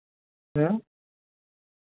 ᱦᱮᱸ